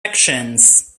actions